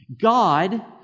God